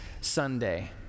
Sunday